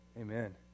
amen